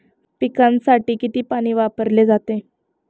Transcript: पिकांसाठी किती पाणी वापरले जाते?